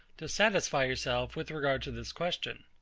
to satisfy yourself with regard to this question.